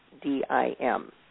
D-I-M